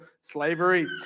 slavery